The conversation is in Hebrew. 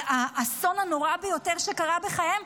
על האסון הנורא ביותר שקרה בחייהם,